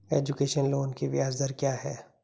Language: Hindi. एजुकेशन लोन की ब्याज दर क्या है?